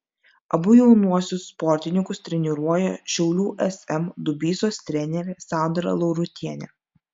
abu jaunuosius sportininkus treniruoja šiaulių sm dubysos trenerė sandra laurutienė